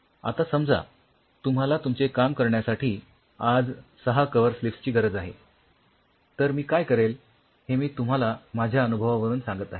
आता समजा तुम्हाला तुमचे काम करण्यासाठी आज ६ कव्हर स्लिप्स ची गरज आहे तर मी काय करेल हे मी तुम्हाला माझ्या अनुभवावरून सांगत आहे